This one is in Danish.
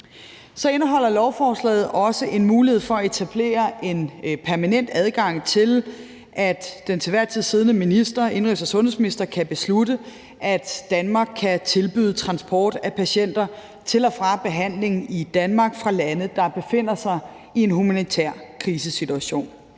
Så indeholder lovforslaget også en mulighed for at etablere en permanent adgang til, at den til enhver tid siddende indenrigs- og sundhedsminister kan beslutte, at Danmark kan tilbyde transport af patienter til og fra behandling i Danmark fra lande, der befinder sig i en humanitær krisesituation.